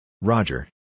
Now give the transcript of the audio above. Roger